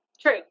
True